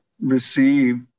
receive